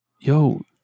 Yo